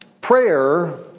Prayer